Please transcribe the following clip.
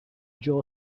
jaw